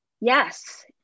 Yes